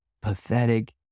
pathetic